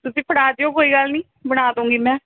ਤੁਸੀਂ ਫੜਾ ਜਾਇਓ ਕੋਈ ਗੱਲ ਨਹੀਂ ਬਣਾ ਦਊਂਗੀ ਮੈਂ